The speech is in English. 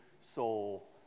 soul